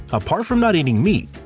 apart from not eating meat,